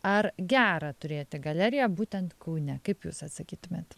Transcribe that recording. ar gera turėti galeriją būtent kaune kaip jūs atsakytumėt